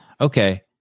okay